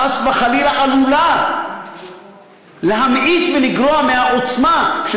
חס וחלילה עלולה להמעיט ולגרוע מהעוצמה של